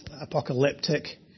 apocalyptic